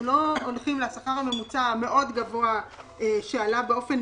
לא הולכים לשכר הממוצע הגבוה מאוד שעלה באופן,